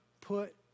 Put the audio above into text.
put